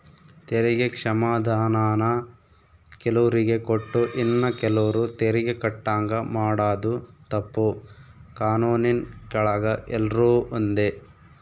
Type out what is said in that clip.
ತೆರಿಗೆ ಕ್ಷಮಾಧಾನಾನ ಕೆಲುವ್ರಿಗೆ ಕೊಟ್ಟು ಇನ್ನ ಕೆಲುವ್ರು ತೆರಿಗೆ ಕಟ್ಟಂಗ ಮಾಡಾದು ತಪ್ಪು, ಕಾನೂನಿನ್ ಕೆಳಗ ಎಲ್ರೂ ಒಂದೇ